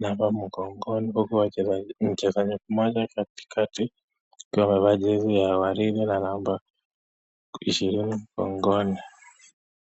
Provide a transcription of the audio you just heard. alama mgongoni huku mchezaji mmjoja Wa katikati akiwa amevaa ya waridhi na number ishirini mgongoni.